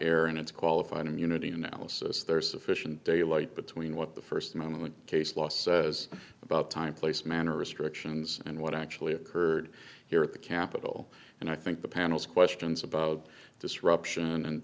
air in its qualified immunity analysis there is sufficient daylight between what the first moment case law says about time place manner restrictions and what actually occurred here at the capitol and i think the panel's questions about disruption and